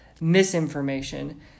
misinformation